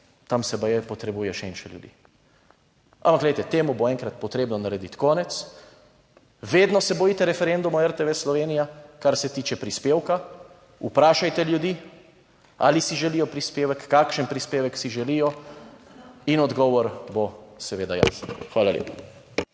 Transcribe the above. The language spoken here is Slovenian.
tam se baje potrebuje še in še ljudi. Ampak glejte, temu bo enkrat potrebno narediti konec. Vedno se bojite referenduma o RTV Slovenija. Kar se tiče prispevka, vprašajte ljudi: Ali si želijo prispevek, kakšen prispevek si želijo in odgovor bo seveda jasen. Hvala lepa.